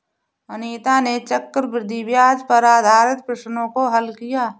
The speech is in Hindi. अनीता ने चक्रवृद्धि ब्याज पर आधारित प्रश्नों को हल किया